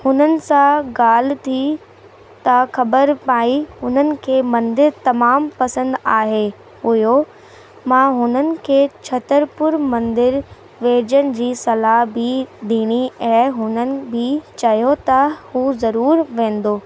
हुननि सां ॻाल्हि थी त ख़बरु पई हुननि खे मंदरु तमामु पसंदि आहे हुयो मां हुननि खे छतरपुर मंदरु वेजण जी सलाह बि ॾिनी ऐं हुननि बि चयो त हू ज़रूरु वेंदो